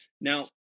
Now